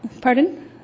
pardon